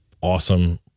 awesome